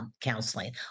counseling